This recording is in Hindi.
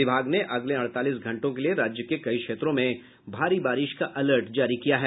विभाग ने अगले अड़तालीस घंटों के लिए राज्य के कई क्षेत्रों में भारी बारिश का अलर्ट जारी किया है